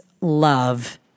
love